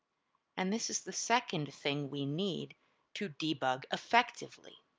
and this is the second thing we need to debug effectively.